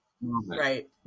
Right